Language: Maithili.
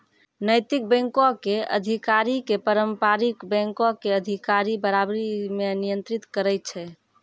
नैतिक बैंको के अधिकारी के पारंपरिक बैंको के अधिकारी बराबरी मे नियंत्रित करै छै